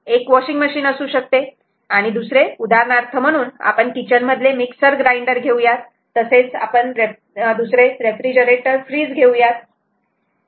एक washing machine असू शकते आणि दुसरे उदाहरणार्थ म्हणून आपण किचन मधले मिक्सर ग्राइंडर घेऊयात आणि दुसरे रेफ्रिजरेटर फ्रिज घेऊयात